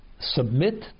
submit